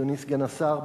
אדוני סגן השר,